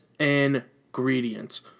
ingredients